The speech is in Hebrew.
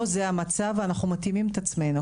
לא זה המצב ואנחנו מתאימים את עצמנו,